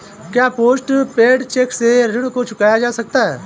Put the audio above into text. क्या post paid cheque से ऋण को चुका सकते हैं?